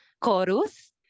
chorus